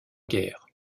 guerres